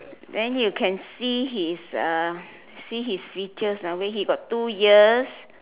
then you can see his uh see his features ah wait he got two ears